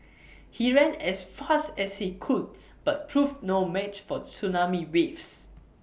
he ran as fast as he could but proved no match for the tsunami waves